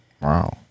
Wow